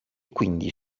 quindi